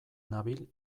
nabil